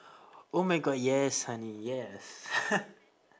oh my god yes honey yes